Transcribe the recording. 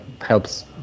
helps